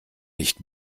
nicht